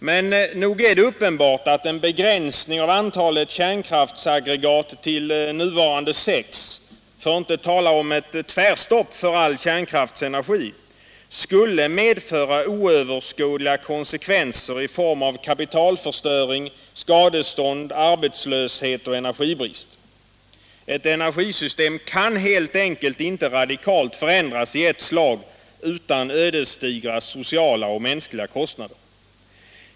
Men nog är det uppenbart att en begränsning av antalet kärnkraftsaggregat till nuvarande sex, för att inte tala om ett tvärstopp för all kärnkraftsenergi, skulle medföra oöverskådliga konsekvenser i form av kapitalförstöring, skadestånd, arbetslöshet och energibrist. Ett energisystem kan helt enkelt inte radikalt förändras i ett slag utan ödesdigra sociala och mänskliga kostnader.